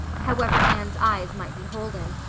however anne's eyes might be holden.